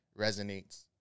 resonates